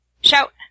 Shout